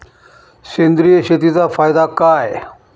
सेंद्रिय शेतीचा फायदा काय?